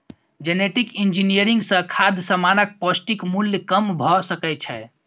genetic engineering सँ खाद्य समानक पौष्टिक मुल्य कम भ सकै छै